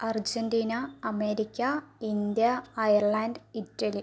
Argentina America India Ireland Italy